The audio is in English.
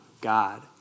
God